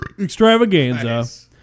extravaganza